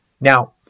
Now